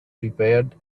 prepared